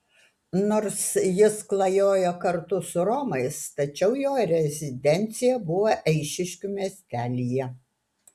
nors jis klajojo kartu su romais tačiau jo rezidencija buvo eišiškių miestelyje